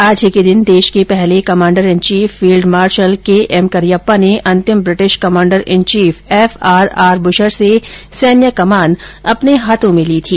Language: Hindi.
आज ही के दिन देश के पहले commander in chief field marshal K M Cariappa ने अंतिम British commander in chief F R R Bucher से सैन्य कमान अपने हाथों में ली थी